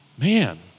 Man